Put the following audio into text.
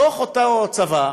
בתוך אותו צבא,